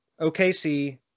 OKC